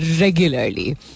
regularly